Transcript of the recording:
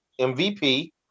MVP